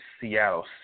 Seattle